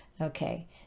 Okay